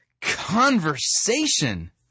conversation